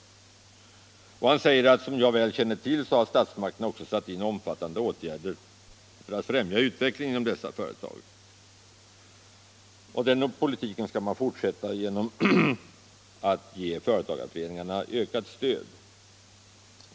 Industriministern säger vidare att som jag väl känner till har statsmakterna också satt in omfattande åtgärder för att främja utvecklingen inom dessa mindre företag och att regeringen skall fortsätta med den politiken genom att ge företagareföreningarna ökat stöd.